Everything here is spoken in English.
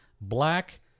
black